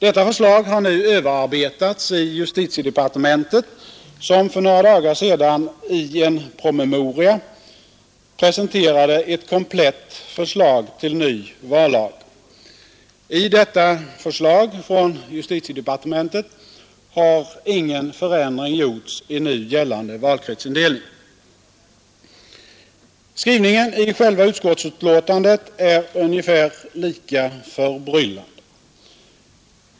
Detta förslag har nu överarbetats i justitiedepartementet, som för några dagar sedan i en promemoria presenterade ett komplett förslag till en ny vallag. I detta förslag från justitiedepartementet har ingen förändring gjorts i nu gällande valkretsindelning. Skrivningen i själva betänkandet är ungefär lika förbryllande.